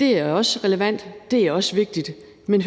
det er også relevant, at det er også vigtigt, men